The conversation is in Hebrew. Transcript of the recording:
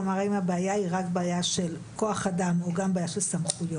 כלומר הבעיה היא רק בעיה של כוח אדם או גם בעיה של סמכויות,